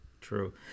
True